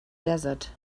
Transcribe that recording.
desert